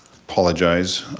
apologize,